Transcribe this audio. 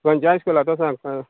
खंयच्या हायस्कुलाचो सांग आं